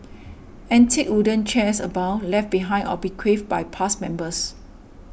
antique wooden chairs abound left behind or bequeathed by past members